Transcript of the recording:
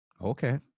Okay